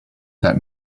that